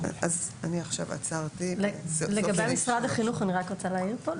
--- לגבי משרד החינוך אני רק רוצה להעיר פה.